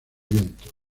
vientos